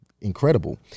Incredible